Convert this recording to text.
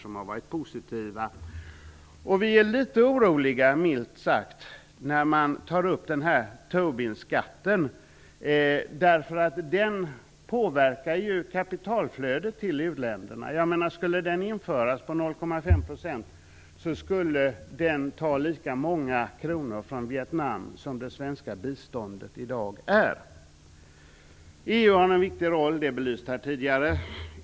Man blir, milt sagt, litet orolig när Tobinskatten tas upp. Den påverkar nämligen kapitalflödet till uländerna. Om denna skatt på 0,5 % införs kommer den att ta lika många kronor från Vietnam som det svenska biståndet i dag ger. EU har en viktig roll. Det har belysts här tidigare.